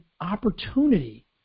opportunity